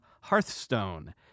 Hearthstone